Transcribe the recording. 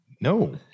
No